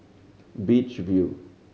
Beach View